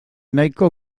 nahiko